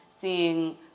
seeing